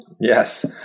Yes